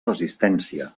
resistència